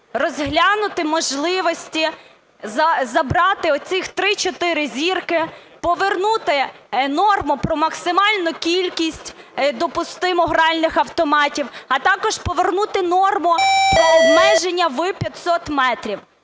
розглянути можливості забрати оцих три-чотири зірки, повернути норм у про максимальну кількість допустиму гральних автоматів, а також повернути норму про обмеження в 500 метрів.